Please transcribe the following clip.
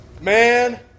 Man